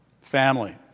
family